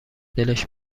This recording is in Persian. دلش